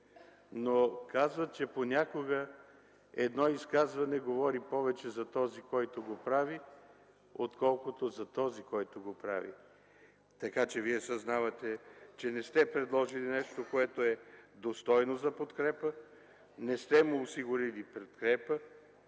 Но казват, че понякога едно изказване говори повече за този, който го прави, отколкото за този, за когото го прави. Така че вие съзнавате, че не сте предложили нещо, което е достойно за подкрепа, и не сте му осигурили подкрепа.